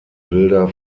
bilder